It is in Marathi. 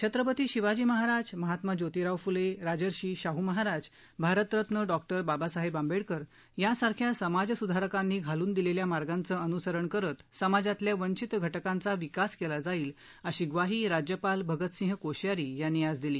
छत्रपती शिवाजी महाराज महात्मा ज्योतीराव फुले राजर्षी शाहू महाराज भारतरत्न डॉक्टर बाबासाहेब आंबेडकर यांसारख्या समाजसुधारकांनी घालून दिलेल्या मार्गांचं अनूसर करत समाजातल्या वंचित घटकांचा विकास केला जाईल अशी ग्वाही राज्यपाल भगतसिंह कोश्यारी यांनी आज दिली